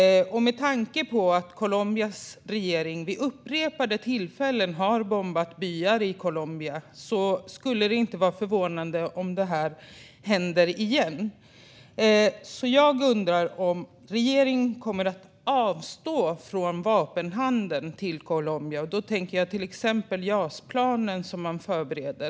Med tanke på att Colombias regering vid upprepade tillfällen har bombat byar i Colombia skulle det inte vara förvånande om det händer igen. Jag undrar om regeringen kommer att avstå från vapenhandel med Colombia. Jag tänker också på exempelvis de Jas-plan som man förbereder.